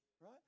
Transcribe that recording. right